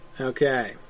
Okay